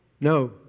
No